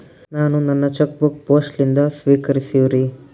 ನಾನು ನನ್ನ check book post ಲಿಂದ ಸ್ವೀಕರಿಸಿವ್ರಿ